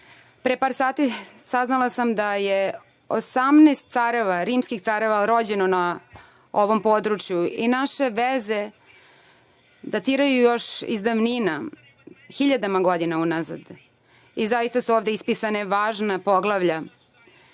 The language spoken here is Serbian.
par sati saznala sam da je 18 careva, rimskih careva rođeno na ovom području i naše veze datiraju još iz davnina, hiljadama godina unazad. Zaista su ovde ispisana važna poglavlja